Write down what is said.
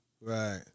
right